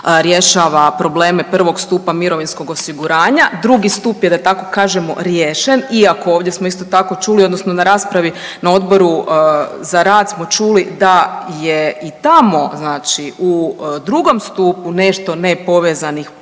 rješava probleme prvog stupa mirovinskog osiguranja, drugi stup je, da tako kažemo, riješen, iako ovdje smo isto tako čuli, odnosno na raspravi na Odboru za rad smo čuli da je i tamo znači u drugom stupu nešto nepovezanih